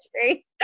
history